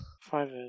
Five